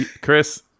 Chris